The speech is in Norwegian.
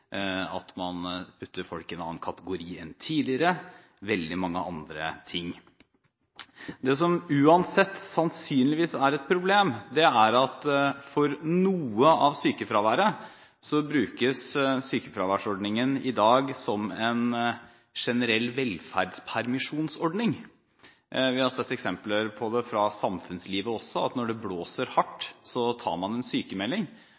at man putter folk i en annen kategori enn tidligere, og veldig mye annet. Det som uansett sannsynligvis er et problem, er at for noe av sykefraværet brukes sykefraværsordningen i dag som en generell velferdspermisjonsordning. Vi har sett eksempler på det fra samfunnslivet også, at når det blåser hardt, tar man en